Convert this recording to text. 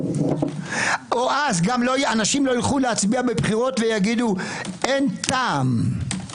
או אז אנשים לא ילכו להצביע בבחירות ויגידו: אין טעם.